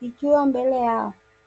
ikiwa mbele yao.